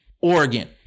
Oregon